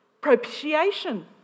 propitiation